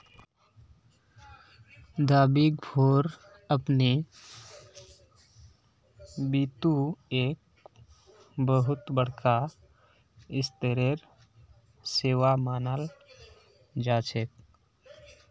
द big four अपने बितु एक बहुत बडका स्तरेर सेवा मानाल जा छेक